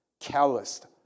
calloused